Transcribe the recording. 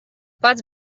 pats